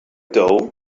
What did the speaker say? dough